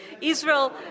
Israel